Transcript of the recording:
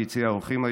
ביציע האורחים,